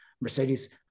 Mercedes